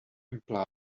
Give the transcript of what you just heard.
implies